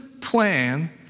plan